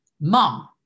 mom